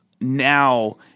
now